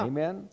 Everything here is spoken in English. Amen